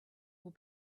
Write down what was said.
will